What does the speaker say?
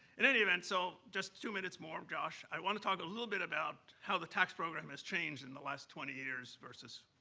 in any event, so just two minutes more, josh. i wanna talk a little bit about how the tax program has changed in the last twenty years versus,